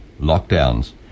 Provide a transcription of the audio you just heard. lockdowns